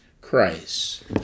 Christ